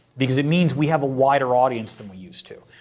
because it means we have a wider audience than we used to.